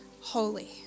holy